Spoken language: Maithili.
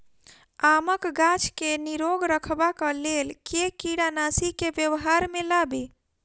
आमक गाछ केँ निरोग रखबाक लेल केँ कीड़ानासी केँ व्यवहार मे लाबी?